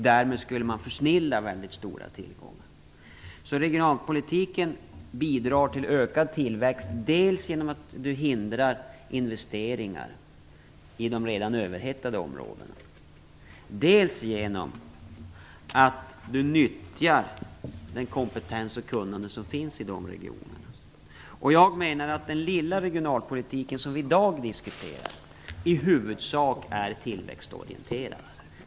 Därmed skulle man försnilla väldigt stora tillgångar. Regionalpolitiken bidrar alltså till ökad tillväxt dels genom att man hindrar investeringar i redan överhettade områden, dels genom att man nyttjar den kompetens och det kunnande som finns i dessa regioner. Jag menar att den lilla regionalpolitiken, som vi i dag diskuterar, i huvudsak är tillväxtorienterad.